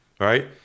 Right